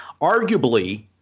arguably